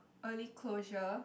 early closure